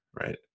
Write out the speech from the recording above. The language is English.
right